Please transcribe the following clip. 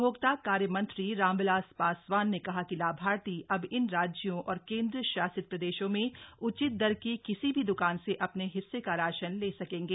उ भोक्ता कार्यमंत्री राम विलास ासवान ने कहा कि लाभार्थी अब इन राज्यों और केन्द्रशासित प्रदेशों में उचित दर की किसी भी द्वकान से अ ने हिस्से का राशन ले सकेंगे